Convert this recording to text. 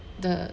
the